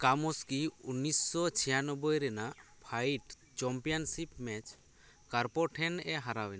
Kamsky ᱩᱱᱤᱥᱥᱚ ᱪᱷᱤᱭᱟᱱᱚᱵᱵᱳᱭ ᱨᱮᱱᱟᱜ ᱯᱷᱟᱭᱤᱰ ᱪᱟᱢᱯᱤᱭᱚᱱᱥᱤᱯ ᱢᱮᱪ ᱠᱟᱨᱯᱳ ᱴᱷᱮᱱ ᱮ ᱦᱟᱨᱟᱣ ᱮᱱᱟ